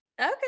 Okay